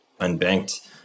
unbanked